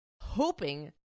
hoping